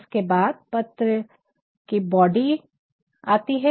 उसके बाद पत्र का बॉडी आती है